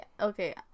okay